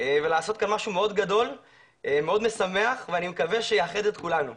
הזה ולעשות משהו מאוד גדול ומשמח שאני מקווה שיאחד את כולנו.